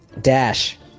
Dash